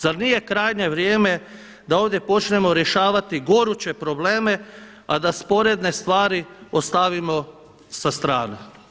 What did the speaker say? Zar nije krajnje vrijeme da ovdje počnemo rješavati goruće probleme, a da sporedne stvari ostavimo sa strane.